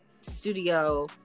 studio